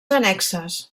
annexes